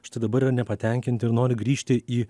štai dabar yra nepatenkinti ir nori grįžti į